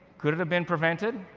could it have been prevented?